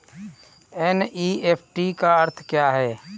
NEFT का अर्थ क्या है?